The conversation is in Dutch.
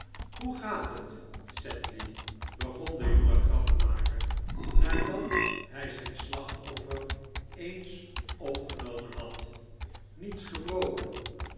hoe gaat het sedley begon de jonge grappenmaker nadat hij zijn slachtoffer eens opgenomen had niets gebroken